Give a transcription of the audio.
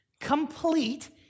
complete